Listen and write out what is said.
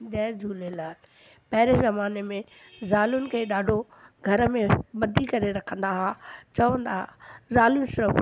जय झूलेलाल पहिरियों ज़माने में ज़ालुनि खे ॾाढो घर में ॿधी करे रखंदा हुआ चवंदा हुआ ज़ालियूं सभु